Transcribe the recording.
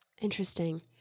Interesting